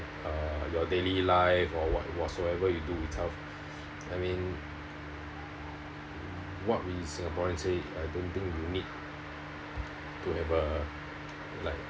uh your daily life or what whatsoever you do itself I mean what we singaporeans say I don't think you need to have a like